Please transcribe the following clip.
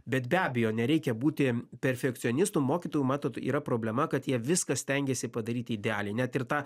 bet be abejo nereikia būti perfekcionistu mokytojų matot yra problema kad jie viską stengiasi padaryti idealiai net ir tą